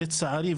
לצערי,